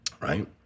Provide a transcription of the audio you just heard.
Right